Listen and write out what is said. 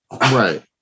Right